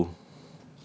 tahu